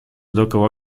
dookoła